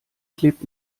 klebt